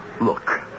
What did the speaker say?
look